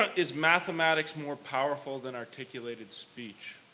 is mathematics more powerful than articulated speech?